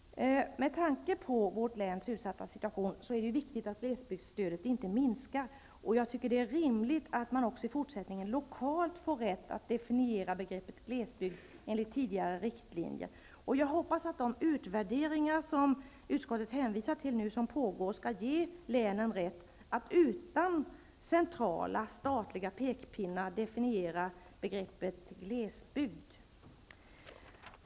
Med tanke på vårt läns utsatta situation är det viktigt att glesbygdsstödet inte minskar. Jag tycker att det är rimligt att man även i fortsättningen lokalt får rätt att definiera begreppet glesbygd enligt tidigare riktlinjer. Jag hoppas att de utvärderingar som utskottet nu hänvisar till pågår skall ge länen rätt att utan centrala statliga pekpinnar definiera begreppet glesbygd.